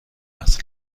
است